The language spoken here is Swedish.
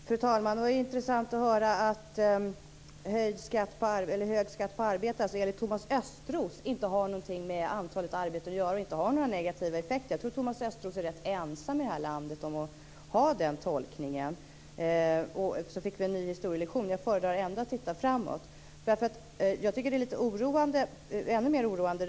Fru talman! Det var intressant att höra att hög skatt på arbete enligt Thomas Östros inte har någonting med antalet arbeten att göra och inte har några negativa effekter. Jag tror att Thomas Östros är rätt ensam om att göra den tolkningen i detta land. Vi fick en ny historielektion. Jag föredrar ändå att titta framåt. Jag tycker att det är ännu mer oroande.